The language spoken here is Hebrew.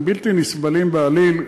הם בלתי נסבלים בעליל,